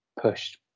pushed